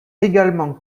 également